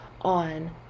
on